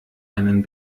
einen